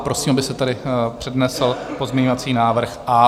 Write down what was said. Prosím, abyste tady přednesl pozměňovací návrh A.